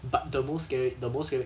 but the most scary the most scary